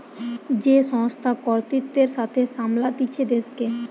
যে সংস্থা কর্তৃত্বের সাথে সামলাতিছে দেশকে